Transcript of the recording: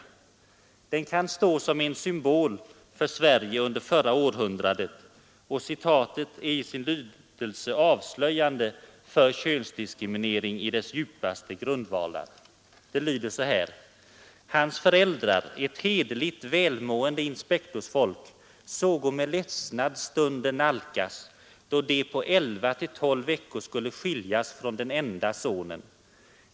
Denna passus kan stå som en symbol för Sverige under förra århundradet och citatet som sådant är avslöjande för könsdiskriminering i dess djupaste grundvalar: ”Hans föräldrar, ett hederligt, välmående inspektorsfolk, sågo med ledsnad stunden nalkas, då de på 11—12 veckor skulle skiljas från den enda sonen.